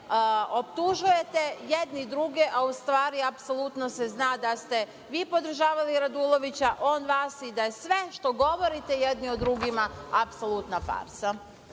optužujete jedni druge, a u stvari apsolutno se zna da ste vi podržavali Radulovića, on vas i da je sve što govorite jedni o drugima apsolutna